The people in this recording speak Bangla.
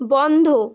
বন্ধ